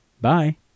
Bye